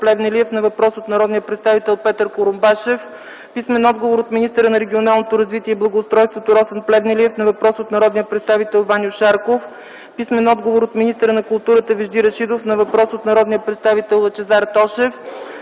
писмен отговор от министъра на културата Вежди Рашидов на въпрос от народния представител Лъчезар Тошев;